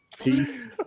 peace